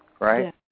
right